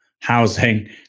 housing